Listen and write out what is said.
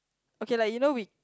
okay like you know we